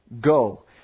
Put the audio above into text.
Go